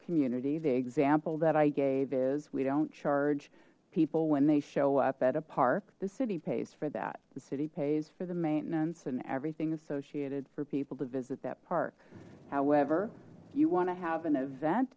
community the example that i gave is we don't charge people when they show up at a park the city pays for that the city pays for the maintenance and everything associated for people to visit that park however you want to have an event